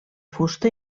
fusta